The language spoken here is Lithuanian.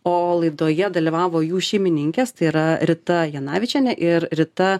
o laidoje dalyvavo jų šeimininkės tai yra rita janavičienė ir rita